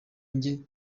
njye